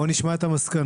בואו נשמע את המסקנות.